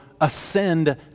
ascend